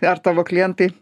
ar tavo klientai